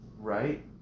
right